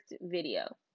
video